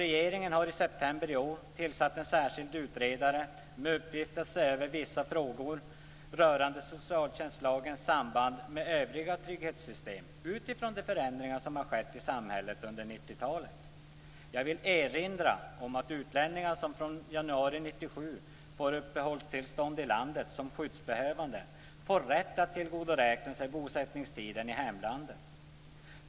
Regeringen har i september i år tillsatt en särskild utredare med uppgift att se över vissa frågor rörande socialtjänstlagens samband med övriga trygghetssystem utifrån de förändringar som har skett i samhället under 90-talet. Jag vill erinra om att utlänningar som fr.o.m. januari 1997 får uppehållstillstånd i landet som skyddsbehövande får rätt att tillgodoräkna sig bosättningstiden i hemlandet.